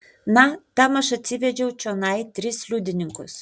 na tam aš atsivedžiau čionai tris liudininkus